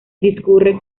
discurre